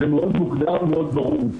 זה מאוד מוגדר ומאוד ברור,